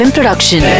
Production